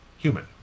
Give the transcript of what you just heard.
human